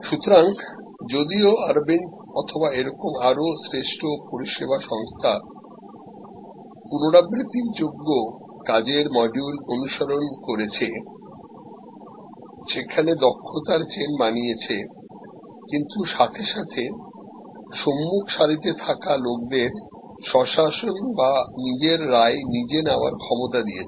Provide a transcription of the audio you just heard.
সুতরাং যদিও অরবিন্দ dঅথবা এরকম আরও শ্রেষ্ঠ পরিষেবা সংস্থা পুনরাবৃত্তির যোগ্য কাজের মডিউল অনুসরণ করেছে সেখানে দক্ষতার চেইন বানিয়েছে কিন্তু সাথে সাথে সম্মুখ সারিতে থাকা লোকদের স্বশাসন বা নিজের রায় নিজে নেওয়ার ক্ষমতা দিয়েছে